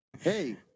Hey